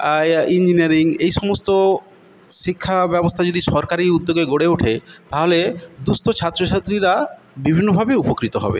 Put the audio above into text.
engineering এইসমস্ত শিক্ষা ব্যবস্থা যদি সরকারি উদ্যোগে গড়ে ওঠে তাহলে দুস্থ ছাত্রছাত্রীরা বিভিন্নভাবে উপকৃত হবে